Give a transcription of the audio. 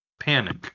Panic